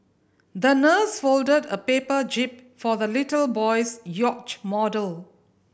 the nurse folded a paper jib for the little boy's yacht model